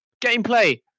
gameplay